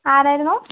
ആരായിരുന്നു